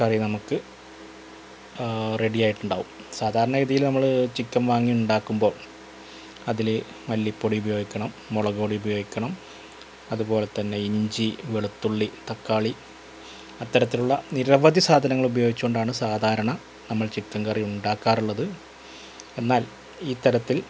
കറി നമുക്ക് റെഡി ആയിട്ടുണ്ടാവും സാധാരണഗതിയിൽ നമ്മൾ ചിക്കൻ വാങ്ങി ഉണ്ടാക്കുമ്പോൾ അതിൽ മല്ലിപ്പൊടി ഉപയോഗിക്കണം മുളക്പൊടി ഉപയോഗിക്കണം അതുപോലെ തന്നെ ഇഞ്ചി വെളുത്തുള്ളി തക്കാളി അത്തരത്തിലുള്ള നിരവധി സാധനങ്ങൾ ഉപയോഗിച്ചു കൊണ്ടാണ് സാധാരണ നമ്മൾ ചിക്കൻ കറി ഉണ്ടാക്കാറുള്ളത് എന്നാൽ ഈ തരത്തിൽ